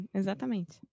exatamente